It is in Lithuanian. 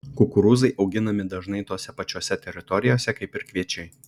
kukurūzai auginami dažnai tose pačiose teritorijose kaip ir kviečiai